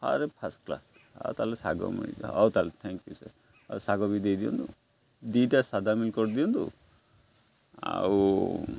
ଆରେ first class ଆଉ ତାହେଲେ ଶାଗ ମିଳି ହଉ ତାହେଲେ ଥ୍ୟାଙ୍କ ୟୁ ସାର୍ ଆଉ ଶାଗ ବି ଦେଇଦିଅନ୍ତୁ ଦୁଇଟା ସାଧା ମିଲ୍ କରିଦିଅନ୍ତୁ ଆଉ